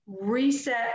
reset